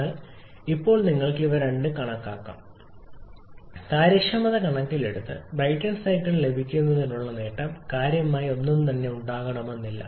എന്നാൽ ഇപ്പോൾ നിങ്ങൾക്ക് ഇവ രണ്ടും കണക്കാക്കാം കാര്യക്ഷമത കണക്കിലെടുത്ത് ബ്രൈറ്റൺ സൈക്കിൾ ലഭിക്കുന്നതിനുള്ള നേട്ടം കാര്യമായ ഒന്നും തന്നെ ഉണ്ടാകണമെന്നില്ല